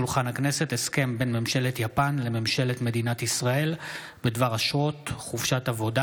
הסכם בין ממשלת יפן לממשלת מדינת ישראל בדבר אשרות חופשת עבודה.